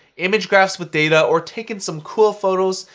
image graphs with data, or taken some cool photos,